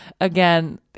again